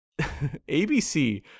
ABC